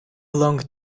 long